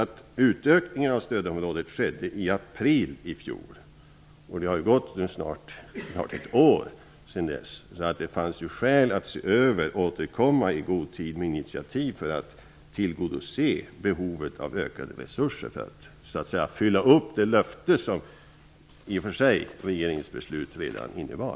En utökning av stödområdet skedde i april i fjol, och det har nu gått snart ett år sedan dess. Det har funnits skäl för arbetsmarknadsministern att återkomma i god tid för att tillgodose behovet av ökade resurser och för att hålla det löfte som regeringens beslut innebar.